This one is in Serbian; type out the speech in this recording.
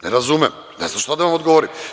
Ne razumem, ne znam šta da vam odgovorim?